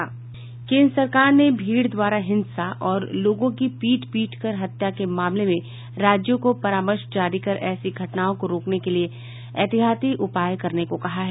केन्द्र सरकार ने भीड़ द्वारा हिंसा और लोगों की पीट पीटकर हत्या के मामले में राज्यों को परामर्श जारी कर ऐसी घटनाओं को रोकने के लिए एहतियाती उपाय करने को कहा है